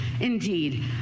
Indeed